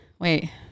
Wait